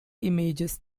images